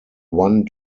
one